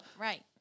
Right